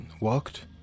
walked